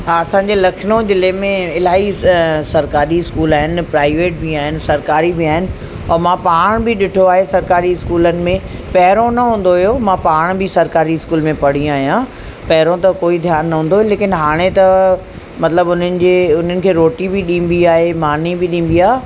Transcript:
हा असांजे लखनऊ जिले में इलाही सरकारी स्कूल आहिनि प्राइवेट बि आहिनि सरकारी बि आहिनि ऐं मां पाण बि ॾिठो आहे सरकारी इस्कूलनि में पहिरियों न हूंदो हुयो मां पाण बि सरकारी स्कूल में पढ़ी आहियां पहिरों त कोई ध्यानु न हूंदो लेकिन हाणे त मतिलबु उन्हनि जे उन्हनि खे रोटी बि ॾिबी आहे मानी बि ॾिबी आहे